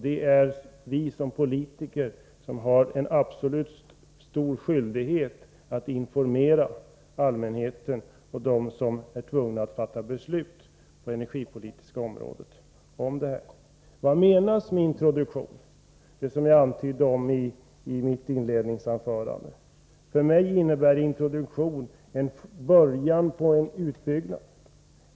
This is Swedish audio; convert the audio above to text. Det är vi politiker som har en absolut skyldighet att informera allmänheten och dem som är tvungna att fatta beslut om detta på det energipolitiska området. Vad menas med introduktion, som jag antydde i mitt inledningsanförande? För mig innebär introduktion en början på en utbyggnad.